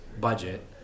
budget